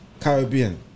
Caribbean